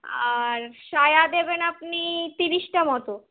আর সায়া দেবেন আপনি ত্রিশটা মতো